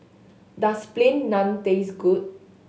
does Plain Naan taste good